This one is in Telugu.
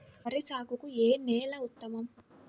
వరి సాగుకు ఏ నేల ఉత్తమం?